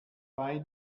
bei